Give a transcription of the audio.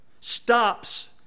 stops